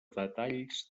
detalls